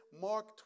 Mark